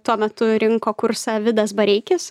tuo metu rinko kursą vidas bareikis